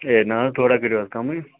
ہے نہ حظ تھوڑا کٔرِو حظ کَمٕے